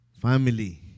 Family